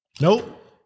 Nope